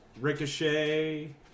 Ricochet